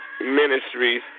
Ministries